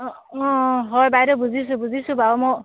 অঁ অঁ হয় বাইদউ বুজিছোঁ বুজিছোঁ বাৰু মই